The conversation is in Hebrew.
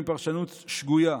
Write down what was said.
מפרשנות שגויה: